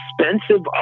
expensive